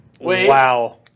Wow